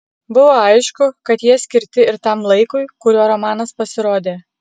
buvo aišku kad jie skirti ir tam laikui kuriuo romanas pasirodė